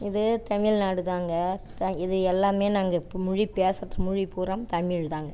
இது தமிழ்நாடுதாங்க த இது எல்லாமே நாங்கள் இப்போ மொழி பேசுறது மொழி பூரா தமிழ் தாங்க